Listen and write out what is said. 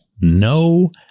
No